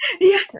Yes